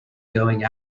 going